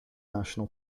national